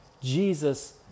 Jesus